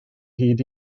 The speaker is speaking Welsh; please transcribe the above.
hyd